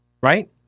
right